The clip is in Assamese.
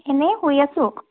এনেই শুই আছোঁ